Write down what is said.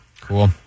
cool